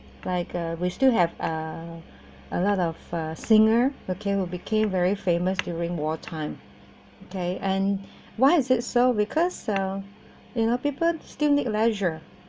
like uh we still have uh a lot of uh singers okay who became very famous during war time okay and why is it so because uh you know people still need leisure